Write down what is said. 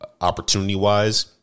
opportunity-wise